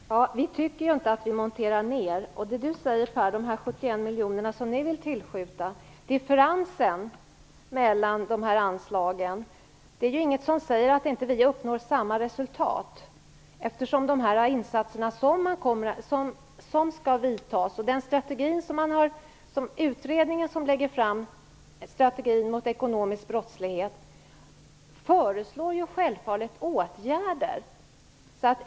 Fru talman! Vi tycker inte att vi monterar ner. Per Rosengren talar om de 71 miljoner som Vänsterpartiet vill tillskjuta. Det finns ingenting som säger att inte vi uppnår samma resultat. Den utredning som lägger fram strategin mot den ekonomiska brottsligheten föreslår självfallet åtgärder.